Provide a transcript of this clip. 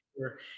sure